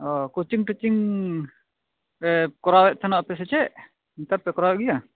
ᱚᱸᱻ ᱠᱚᱪᱤᱝ ᱴᱚᱪᱤᱝ ᱠᱚᱨᱟᱣ ᱮᱫᱟ ᱛᱟᱦᱮᱱᱟᱯᱮ ᱥᱮ ᱪᱮᱫ ᱱᱮᱛᱟᱨ ᱯᱮ ᱠᱚᱨᱟᱣ ᱜᱮᱭᱟ